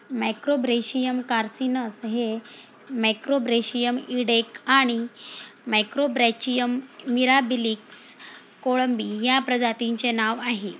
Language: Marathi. मॅक्रोब्रेशियम कार्सिनस हे मॅक्रोब्रेशियम इडेक आणि मॅक्रोब्रॅचियम मिराबिलिस कोळंबी या प्रजातींचे नाव आहे